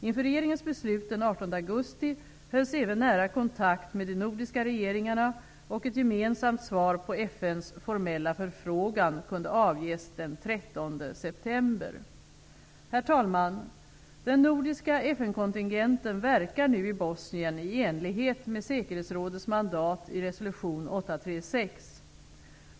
Inför regeringens beslut den 18 augusti hölls även nära kontakt med de nordiska regeringarna, och ett gemensamt svar på FN:s formella förfrågan kunde avges den 13 Herr talman! Den nordiska FN-kontingenten verkar nu i Bosnien i enlighet med säkerhetsrådets mandat i resolution 836.